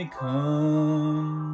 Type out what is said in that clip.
come